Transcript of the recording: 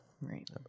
Right